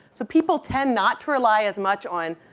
so people tend not to rely as much on